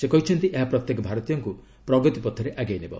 ସେ କହିଛନ୍ତି ଏହା ପ୍ରତ୍ୟେକ ଭାରତୀୟଙ୍କୁ ପ୍ରଗତି ପଥରେ ଆଗେଇ ନେବ